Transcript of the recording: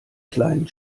kleinen